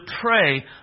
pray